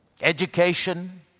education